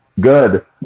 Good